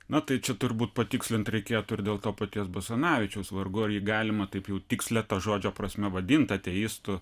na tai čia turbūt patikslint reikėtų ir dėl to paties basanavičiaus vargu ar galima taip jau tikslia ta žodžio prasme vadint ateistu